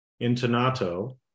intonato